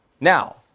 Now